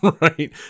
Right